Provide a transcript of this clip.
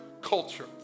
culture